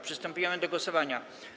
Przystępujemy do głosowania.